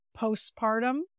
postpartum